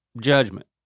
Judgment